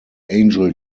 angel